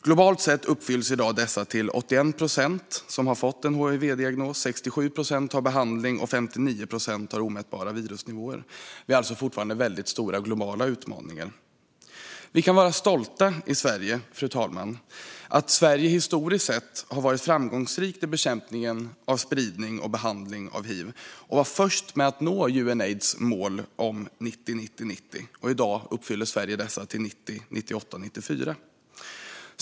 Globalt sett uppfylls i dag dessa så att 81 procent har fått en hivdiagnos, 67 procent har fått behandling och 59 procent har omätbara virusnivåer. Vi har alltså fortfarande stora globala utmaningar. Vi kan vara stolta i Sverige. Sverige har historiskt sett varit mycket framgångsrikt i bekämpningen av spridning och behandling av hiv och var först med att nå Unaids mål om 90-90-90. I dag uppfyller Sverige dessa till 90-98-94.